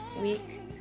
week